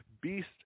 Beast